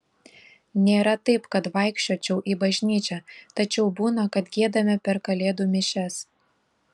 nėra taip kad vaikščiočiau į bažnyčią tačiau būna kad giedame per kalėdų mišias